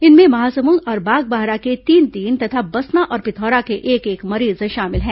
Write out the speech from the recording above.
इनमें महासमुंद और बागबाहरा के तीन तीन तथा बसना और पिथौरा के एक एक मरीज शामिल हैं